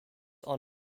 are